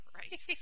right